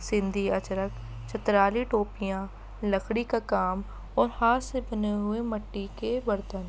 سندھی اچرک چترالی ٹوپیاں لکڑی کا کام اور ہاتھ سے بنے ہوئے مٹی کے برتن